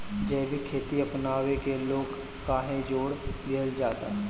जैविक खेती अपनावे के लोग काहे जोड़ दिहल जाता?